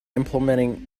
implementing